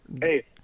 Hey